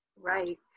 right